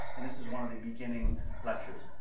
and this is one of the beginning lectures.